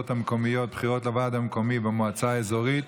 המקומיות (בחירות לוועד המקומי במועצה האזורית)?